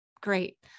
Great